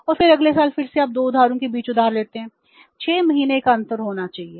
और फिर अगले साल फिर से आप 2 उधारों के बीच उधार लेते हैं 6 महीने का अंतर होना चाहिए